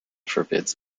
forbids